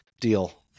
Deal